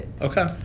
Okay